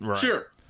sure